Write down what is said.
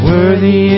Worthy